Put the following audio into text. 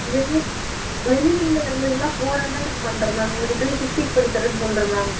வெளியே வெளியே இருந்து வர்றவங்களுக்குலாம் ஃபோர் ஹண்ட்ரடுக்கு பண்ணுறேன் மேம் உங்களுக்கு த்ரீ ஃபிஃப்டிக்கு பண்ணி தரேன்னு சொல்கிறேன் மேம்